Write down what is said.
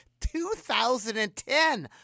2010